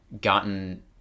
gotten